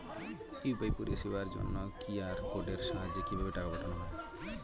UPI পরিষেবার জন্য QR কোডের সাহায্যে কিভাবে টাকা পাঠানো হয়?